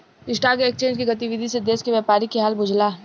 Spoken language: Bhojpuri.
स्टॉक एक्सचेंज के गतिविधि से देश के व्यापारी के हाल बुझला